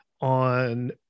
on